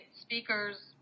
speakers